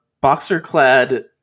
boxer-clad